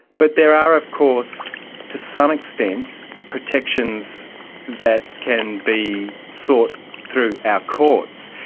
but there are of course, to some extent, protections that can be sought through our courts.